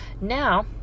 Now